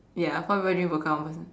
ya four people drink vodka one person